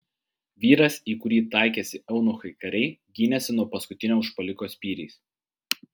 vyras į kurį taikėsi eunuchai kariai gynėsi nuo paskutinio užpuoliko spyriais